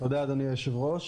תודה, אדוני היושב-ראש.